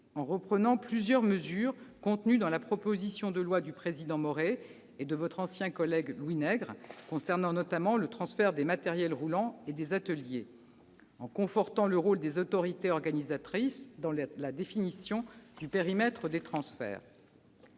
en reprenant plusieurs mesures contenues dans la proposition de loi du président Maurey et de votre ancien collègue Louis Nègre concernant, notamment, le transfert des matériels roulants et des ateliers, et en confortant le rôle des autorités organisatrices dans la définition du périmètre des transferts.